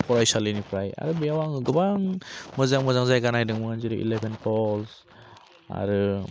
फरायसालिनिफ्राय आरो बेयाव आङो गोबां मोजां मोजां जायगा नायदोंमोन जेरै इलेभेन फल्स आरो